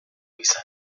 izan